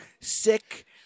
sick